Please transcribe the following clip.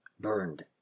Burned